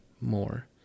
more